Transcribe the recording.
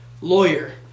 lawyer